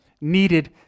needed